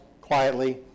quietly